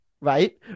right